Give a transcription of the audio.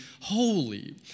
holy